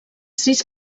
sis